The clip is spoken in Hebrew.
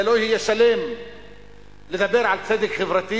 זה לא יהיה שלם לדבר על צדק חברתי